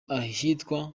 ahitwa